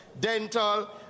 dental